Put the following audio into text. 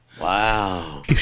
Wow